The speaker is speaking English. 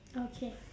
okay